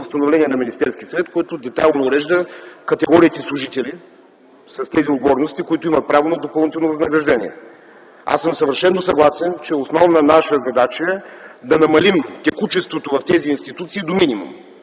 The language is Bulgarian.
постановление на Министерския съвет, което детайлно урежда категориите служители с тези отговорности, които имат право на допълнително възнаграждение. Аз съм съвършено съгласен, че основна наша задача е да намалим текучеството в тези институции до минимум,